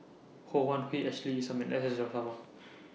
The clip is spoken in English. Ho Wan Hui Ashley Isham and S S Sarma